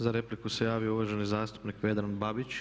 Za repliku se javio uvaženi zastupnik Vedran Babić.